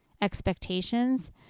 expectations